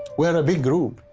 we're a big group,